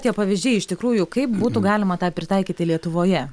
tie pavyzdžiai iš tikrųjų kaip būtų galima tą pritaikyti lietuvoje